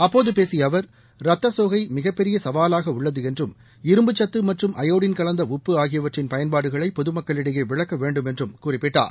அப்போது பேசிய அவர் ரத்த சோகை மிகப்பெரிய சவாலாக உள்ளது என்றும் இரும்புச்சத்து மற்றும் அயோடின் கலந்த உப்பு ஆகியவற்றின் பயன்பாடுகளை பொதுமக்களிடையே விளக்க வேண்டுமென்றும் குறிப்பிட்டார்